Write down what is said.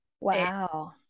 Wow